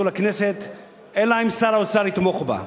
לכנסת אלא אם כן שר האוצר יתמוך בה.